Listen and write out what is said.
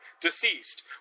deceased